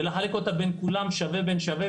ולחלק אותה בין כולם שווה בשווה,